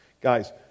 Guys